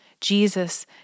Jesus